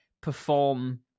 perform